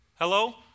Hello